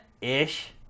ish